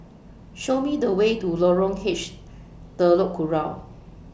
Show Me The Way to Lorong H Telok Kurau